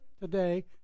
today